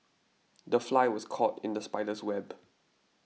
the fly was caught in the spider's web